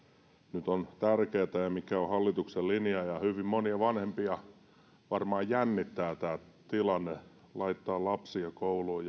nyt on tärkeätä ja mikä on hallituksen linja ja hyvin monia vanhempia varmaan jännittää tämä tilanne laittaa lapsia kouluun